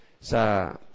sa